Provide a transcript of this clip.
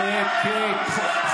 שקט.